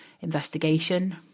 investigation